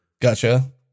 Gotcha